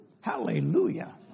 Hallelujah